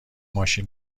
ماشین